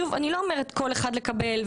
אני לא אומרת לקבל כל אחד,